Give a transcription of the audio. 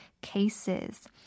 cases